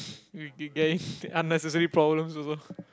with you guys unnecessary problems also